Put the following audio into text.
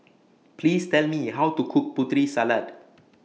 Please Tell Me How to Cook Putri Salad